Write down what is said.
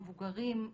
המבוגרים,